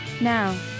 Now